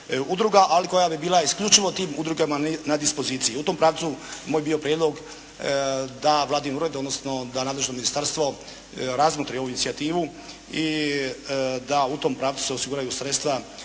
ali koja bi bila isključivo tim udrugama na dispoziciji. I u tom pravcu moj bi bio prijedlog da Vladin ured, odnosno da nadležno Ministarstvo razmotri tu inicijativu. I da u tom pravcu se osiguraju sredstva